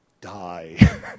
Die